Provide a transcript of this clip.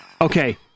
Okay